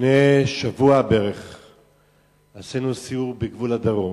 לפני שבוע בערך עשינו סיור בגבול הדרום,